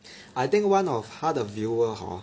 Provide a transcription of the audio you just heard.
I think one of 他的 viewer hor